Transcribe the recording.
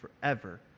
forever